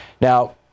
Now